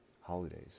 holidays